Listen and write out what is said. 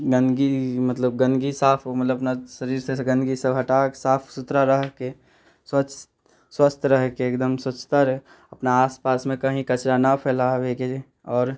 गन्दगी मतलब गन्दगी साफ मतलब अपना शरीर से गन्दगी सब हटा साफ सुथरा रहके स्वच्छ स्वस्थ रहके एगदम स्वच्छता अपना आसपासमे कहींँ कचड़ा नहि फैलाबेके आओर